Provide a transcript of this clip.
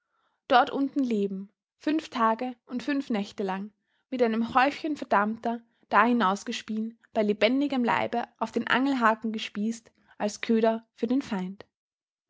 dort unten leben fünf tage und fünf nächte lang mit einem häufchen verdammter da hinausgespien bei lebendigem leibe auf den angelhaken gespießt als köder für den feind